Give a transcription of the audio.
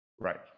Right